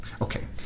okay